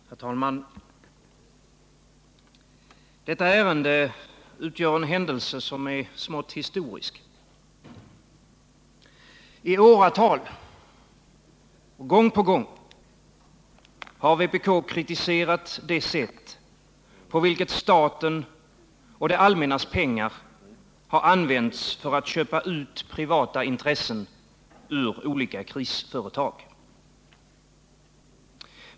Herr talman! Detta ärende bildar en händelse, som är smått historisk. I åratal, gång på gång, har vpk kritiserat det sätt, på vilket statens och det allmännas pengar använts för att köpa ut privata intressen ur olika krisföretag.